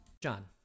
John